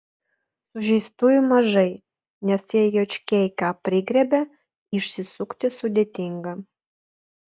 sužeistųjų mažai nes jei juočkiai ką prigriebia išsisukti sudėtinga